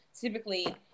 typically